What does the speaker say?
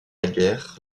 guerre